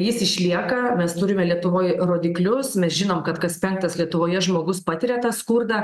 jis išlieka mes turime lietuvoj rodiklius mes žinom kad kas penktas lietuvoje žmogus patiria tą skurdą